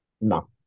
No